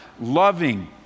loving